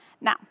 Now